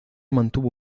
mantuvo